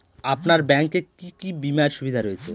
আপনার ব্যাংকে কি কি বিমার সুবিধা রয়েছে?